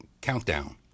countdown